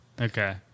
Okay